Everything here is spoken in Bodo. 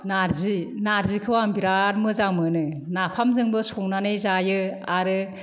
नार्जि नार्जिखौ आङो बिराद मोजां मोनो नाफामजोंबो संनानै जायो आरो